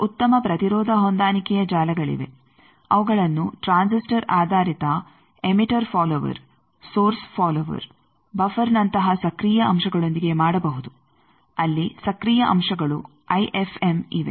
ಈಗ ಉತ್ತಮ ಪ್ರತಿರೋಧ ಹೊಂದಾಣಿಕೆಯ ಜಾಲಗಳಿವೆ ಅವುಗಳನ್ನು ಟ್ರಾನ್ಸಿಸ್ಟರ್ ಆಧಾರಿತ ಎಮಿಟರ್ ಫಾಲೋವರ್ ಸೋರ್ಸ್ ಫಾಲೋವರ್ ಬಫರ್ನಂತಹ ಸಕ್ರಿಯ ಅಂಶಗಳೊಂದಿಗೆ ಮಾಡಬಹುದು ಅಲ್ಲಿ ಸಕ್ರಿಯ ಅಂಶಗಳು ಐಎಫ್ಎಮ್ ಇವೆ